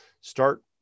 Start